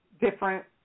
different